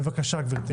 בבקשה, גברתי.